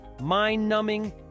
mind-numbing